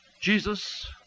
Jesus